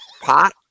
pot